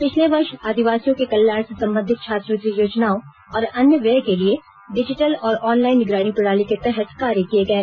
पिछले वर्ष आदिवासियों के कल्याण से संबंधित छात्रवृत्ति योजनाओं और अन्य व्यय के लिए डिजिटल और ऑनलाइन निगरानी प्रणाली के तहत कार्य किए गए